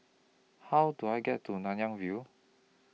How Do I get to Nanyang View